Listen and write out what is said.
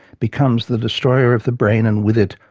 becomes the destroyer of the brain, and with it,